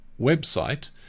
website